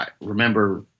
remember